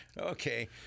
okay